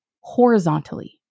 horizontally